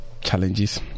challenges